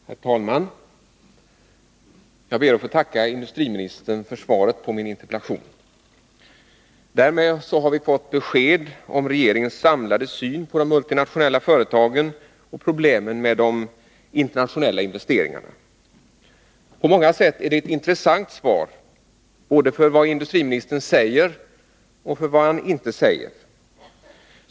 Herr talman! Jag ber att få tacka industriministern för svaret på min interpellation. Därmed har vi fått besked om regeringens samlade syn på de multinationella företagen och problemen med de internationella investeringarna. På många sätt är det ett intressant svar, både för vad industriministern säger och för vad han inte säger.